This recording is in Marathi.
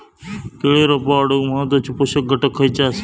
केळी रोपा वाढूक महत्वाचे पोषक घटक खयचे आसत?